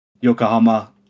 Yokohama